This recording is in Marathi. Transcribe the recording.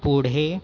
पुढे